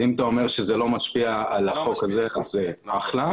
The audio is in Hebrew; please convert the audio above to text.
אם אתה אומר שזה לא משפיע על החוק הזה, זה מצוין.